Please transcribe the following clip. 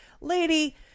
lady